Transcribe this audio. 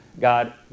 God